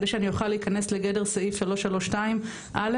כדי שאני אוכל להיכנס לסעיף 332 אוקי.